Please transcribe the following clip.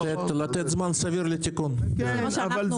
אבל זה לא מה שמעניין אותם.